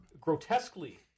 grotesquely